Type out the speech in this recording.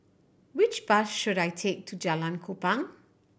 which bus should I take to Jalan Kupang